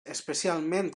especialment